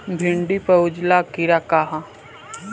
भिंडी पर उजला कीड़ा का है?